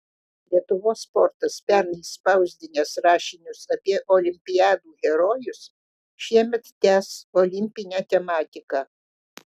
lietuvos sportas pernai spausdinęs rašinius apie olimpiadų herojus šiemet tęs olimpinę tematiką